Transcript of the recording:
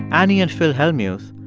annie and phil hellmuth,